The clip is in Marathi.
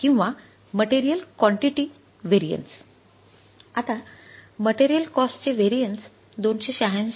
आता मटेरियल कॉस्टचे व्हेरिएन्स २८६